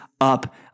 up